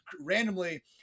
randomly